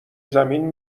زمین